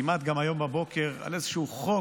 כמעט גם היום בבוקר, על איזשהו חוק,